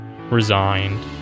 Resigned